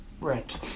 rent